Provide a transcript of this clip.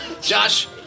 Josh